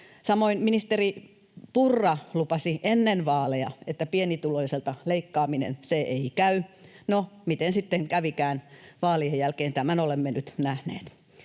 Samoin ministeri Purra lupasi ennen vaaleja, että pienituloisilta leikkaaminen ei käy. No, miten sitten kävikään vaalien jälkeen, tämän olemme nyt nähneet.